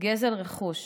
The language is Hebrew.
גזל רכוש,